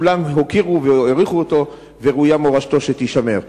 כולם הוקירו והעריכו אותו, וראויה מורשתו שתישמר.